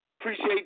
appreciate